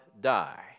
die